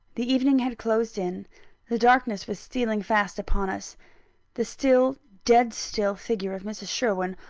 the evening had closed in the darkness was stealing fast upon us the still, dead-still figure of mrs. sherwin,